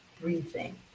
breathing